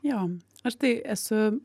jo aš tai esu